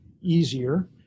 easier